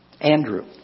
Andrew